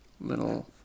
little